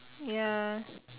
ya